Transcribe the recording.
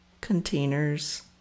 containers